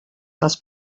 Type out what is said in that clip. dels